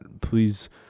please